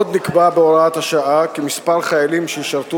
עוד נקבע בהוראת השעה כי מספר החיילים שישרתו